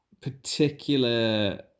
particular